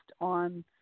on